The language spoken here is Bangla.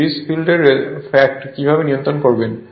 সিরিজ ফিল্ডের ফ্যাক্ট কীভাবে নিয়ন্ত্রণ করবেন